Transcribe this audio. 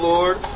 Lord